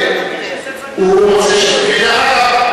אני חושבת שהחוק צריך לבוא לוועדת העבודה והרווחה,